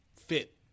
fit